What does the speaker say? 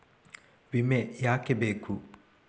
ವಿಮೆ ಯಾಕೆ ಬೇಕು?